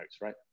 right